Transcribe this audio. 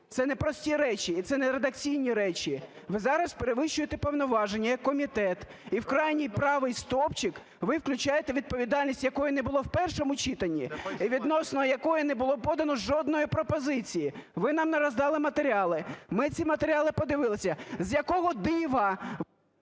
це не прості речі, і це не редакційні речі. Ви зараз перевищуєте повноваження як комітет. І в крайній правий стовпчик ви включаєте відповідальність, якої не було в першому читанні і відносно якої не було подано жодної пропозиції. Ви нам роздали матеріали, ми ці матеріали подивилися. З якого дива...